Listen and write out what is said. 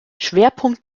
schwerpunkt